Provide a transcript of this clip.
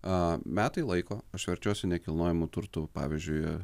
a metai laiko aš verčiuosi nekilnojamu turtu pavyzdžiui